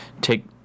take